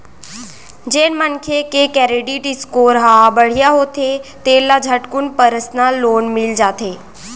जेन मनखे के करेडिट स्कोर ह बड़िहा होथे तेन ल झटकुन परसनल लोन मिल जाथे